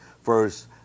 First